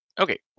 Okay